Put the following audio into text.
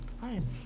fine